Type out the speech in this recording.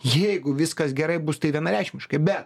jeigu viskas gerai bus tai vienareikšmiškai bet